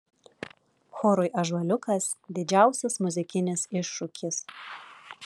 chorui ąžuoliukas didžiausias muzikinis iššūkis